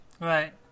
Right